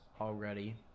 already